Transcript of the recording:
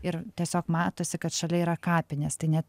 ir tiesiog matosi kad šalia yra kapinės tai net